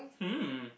hmm